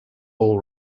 all